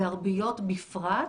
וערביות בפרט,